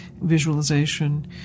visualization